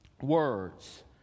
words